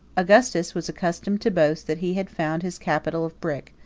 augustus was accustomed to boast that he had found his capital of brick,